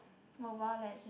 mobile legend